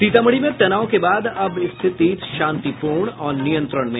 सीतामढ़ी में तनाव के बाद अब स्थिति शांतिपूर्ण और नियंत्रण में